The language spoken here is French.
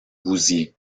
vouziers